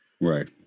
Right